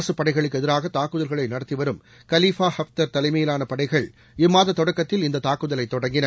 அரசுப் படைகளுக்கு எதிராக தாக்குதல்களை நடத்தி வரும் கலிஃபா ஹஃப்தர் தலைமையிலான படைகள் இம்மாத தொடக்கத்தில் இந்த தாக்குதலை தொடங்கின